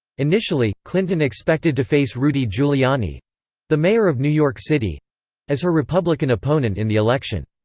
initially, clinton expected to face rudy giuliani the mayor of new york city as her republican opponent in the election.